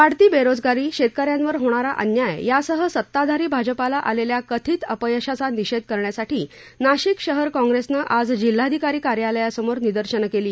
वाढती बेरोजगारी शेतकऱ्यांवर होणारा अन्याय यासह सत्ताधारी भाजपाला आलेल्या कथित अपयशाचा निषेध करण्यासाठी नाशिक शहर काँप्रेसनं आज जिल्हाधिकारी कार्यालयासमोर निदर्शनं केली